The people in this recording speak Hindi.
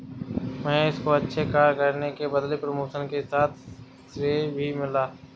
महेश को अच्छे कार्य करने के बदले प्रमोशन के साथ साथ श्रेय भी मिला